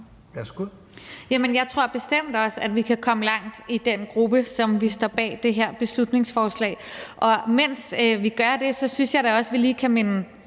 jeg tror bestemt også, at vi kan komme langt i den gruppe, som står bag det her beslutningsforslag. Og mens vi gør det, synes jeg da også, vi lige kan minde